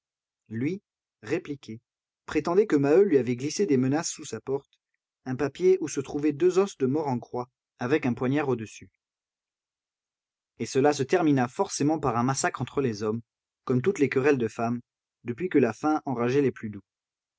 lui répliquait prétendait que maheu lui avait glissé des menaces sous sa porte un papier où se trouvaient deux os de mort en croix avec un poignard au-dessus et cela se termina forcément par un massacre entre les hommes comme toutes les querelles de femmes depuis que la faim enrageait les plus doux